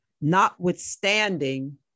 notwithstanding